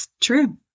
True